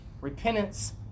repentance